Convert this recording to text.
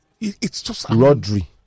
Rodri